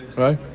right